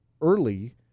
early